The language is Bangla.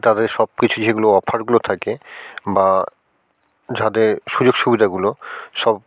তাদের সব কিছু যেগুলো অফারগুলো থাকে বা যাদের সুযোগ সুবিধাগুলো সব